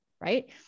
right